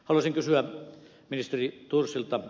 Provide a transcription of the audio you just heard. haluaisin kysyä ministeri thorsilta